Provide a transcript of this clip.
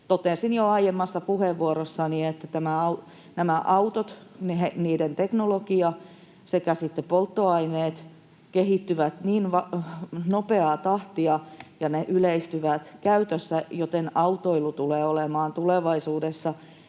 Totesin jo aiemmassa puheenvuorossani, että autot, niiden teknologia sekä polttoaineet kehittyvät niin nopeaa tahtia ja ne yleistyvät käytössä, että autoilu tulee olemaan tulevaisuudessa